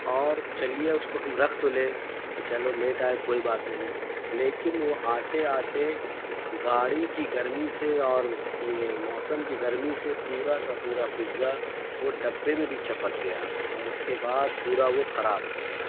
اور چلیے اس کو ہم رکھ تو لیں کہ چلو لیٹ آئے کوئی بات نہیں لیکن وہ آتے آتے گاڑی کی گرمی سے اور یہ موسم کی گرمی سے پورا کا پورا پیتزا وہ ڈبے میں بھی چپک گیا اور اس کے بعد پورا وہ خراب ہو گیا